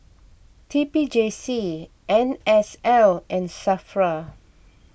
T P J C N S L and Safra